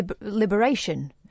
liberation